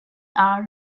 are